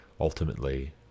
ultimately